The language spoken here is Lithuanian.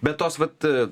bet tos vat